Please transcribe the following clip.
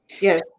yes